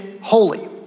holy